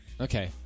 Okay